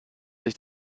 sich